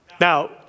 Now